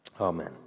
Amen